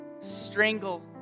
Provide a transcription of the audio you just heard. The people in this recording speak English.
strangle